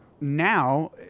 now